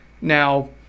Now